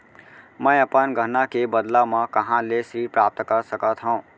मै अपन गहना के बदला मा कहाँ ले ऋण प्राप्त कर सकत हव?